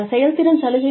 செயல்திறன் சலுகைகள்